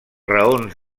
raons